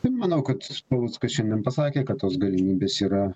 tai manau kad paluckas šiandien pasakė kad tos galimybės yra